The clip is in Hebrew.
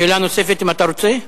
שאלה נוספת, אם אתה רוצה.